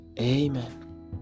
Amen